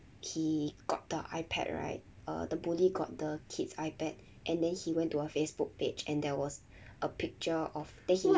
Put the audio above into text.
he got the ipad right err the bully got the kids ipad and then he went to her facebook page and there was a picture of then he